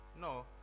No